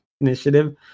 initiative